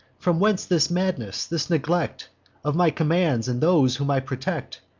from whence this madness, this neglect of my commands, and those whom i protect?